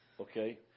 okay